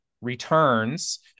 returns